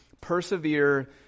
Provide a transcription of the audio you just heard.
persevere